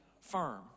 firm